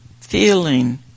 feeling